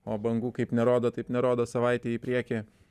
o bangų kaip nerodo taip nerodo savaitei į priekį